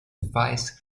vice